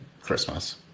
Christmas